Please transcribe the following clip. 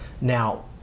Now